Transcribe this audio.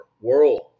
world